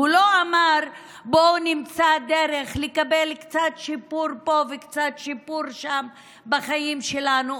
הוא לא אמר: בואו נמצא דרך לקבל קצת שיפור פה וקצת שיפור שם בחיים שלנו,